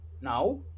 Now